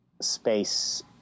space